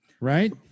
right